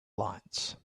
lights